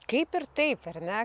kaip ir taip ar ne